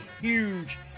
huge